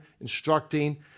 instructing